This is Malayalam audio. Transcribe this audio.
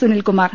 സുനിൽകുമാർ